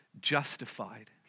justified